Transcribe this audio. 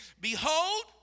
behold